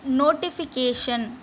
notification